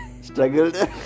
struggled